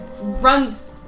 runs